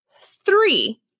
Three